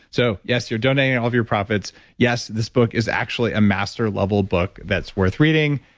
so yes, you're donating all of your profits. yes, this book is actually a master level book that's worth reading.